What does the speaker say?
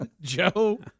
Joe